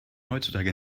heutzutage